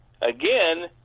again